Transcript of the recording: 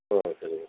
okay sir